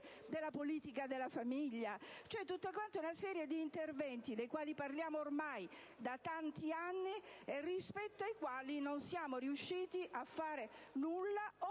della politica della famiglia e su tutta una serie di interventi dei quali parliamo ormai da tanti anni, ma rispetto ai quali non siamo riusciti a fare nulla o